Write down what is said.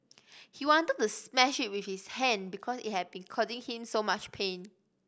he wanted to smash it with his hand because it had been causing him so much pain